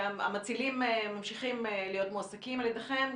המצילים ממשיכים להיות מועסקים על ידכם,